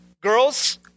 girls